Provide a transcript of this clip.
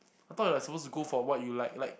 I thought you are supposed to go for what you like like